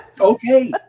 Okay